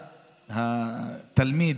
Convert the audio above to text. התלמיד,